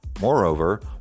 Moreover